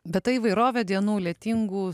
bet ta įvairovė dienų lietingų